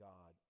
God